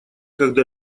когда